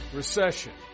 recession